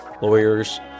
lawyers